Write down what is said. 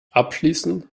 abschließen